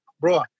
bro